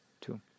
Two